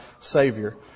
Savior